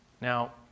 Now